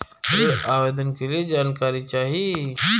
ऋण आवेदन के लिए जानकारी चाही?